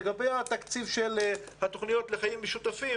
לגבי התקציב של התוכניות לחיים משותפים